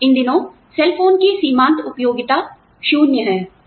इन दिनों सेलफोन की सीमांत उपयोगिता शून्य है